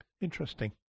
Interesting